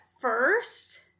first